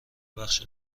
بخش